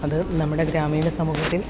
അത് നമ്മുടെ ഗ്രാമീണ സമൂഹത്തിൽ